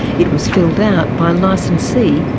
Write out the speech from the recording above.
it was filled out by licensee,